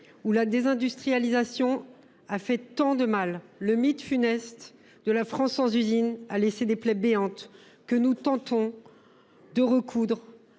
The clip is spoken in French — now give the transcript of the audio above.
où la désindustrialisation a fait tant de mal. Le mythe funeste d’une France sans usines a laissé des plaies béantes, que nous tentons de soigner